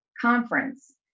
conference